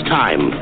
time